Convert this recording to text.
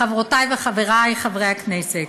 חברותי וחברי חברי הכנסת,